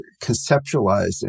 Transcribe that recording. conceptualizing